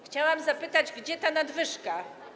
Chciałam zapytać, gdzie na nadwyżka.